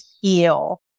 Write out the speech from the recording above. heal